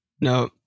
No